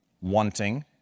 wanting